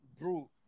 Bro